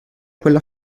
quella